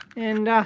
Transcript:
and